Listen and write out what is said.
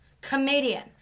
comedian